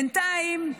בינתיים,